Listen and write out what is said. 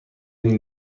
این